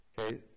Okay